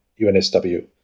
UNSW